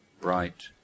bright